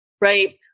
right